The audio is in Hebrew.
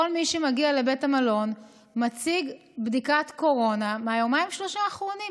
כל מי שמגיע לבית המלון מציג בדיקת קורונה מהיומיים-שלושה האחרונים.